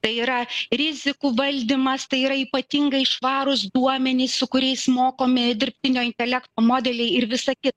tai yra rizikų valdymas tai yra ypatingai švarūs duomenys su kuriais mokomi dirbtinio intelekto modeliai ir visa kit